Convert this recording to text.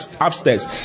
upstairs